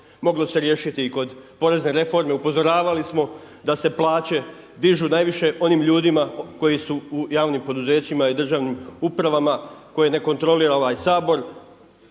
moglo se riješiti kod porezne reforme. Upozoravali smo da se plaće dižu najviše onim ljudima koji su u javnim poduzećima i državnim upravama koje ne kontrolira ovaj Sabor